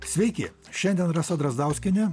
sveiki šiandien rasa drazdauskienė